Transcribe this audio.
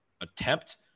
attempt